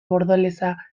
bordelesa